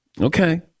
Okay